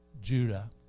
Judah